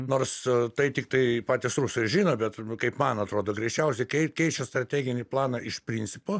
nors tai tiktai patys rusai ir žino bet kaip man atrodo greičiausiai keičia strateginį planą iš principo